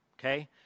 okay